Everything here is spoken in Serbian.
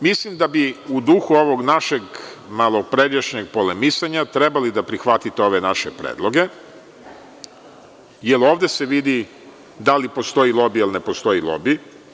Mislim da bi u duhu ovog našeg malopređašnjeg polemisanja trebali da prihvatite ove naše predloge, jer ovde se vidi da li postoji lobi ili ne postoji lobi.